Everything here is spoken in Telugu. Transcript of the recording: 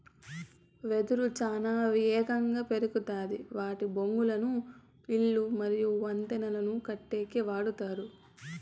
వెదురు చానా ఏగంగా పెరుగుతాది వాటి బొంగులను ఇల్లు మరియు వంతెనలను కట్టేకి వాడతారు